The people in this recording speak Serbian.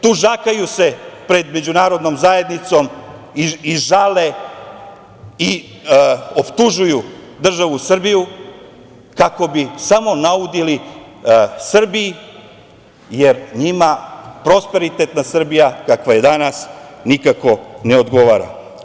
Tužakaju se pred međunarodnom zajednicom i žale i optužuju državu Srbiju kako bi samo naudili Srbiji, jer njima prosperitetna Srbija, kakva je danas, nikako ne odgovara.